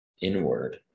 inward